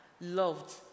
Loved